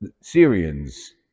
Syrians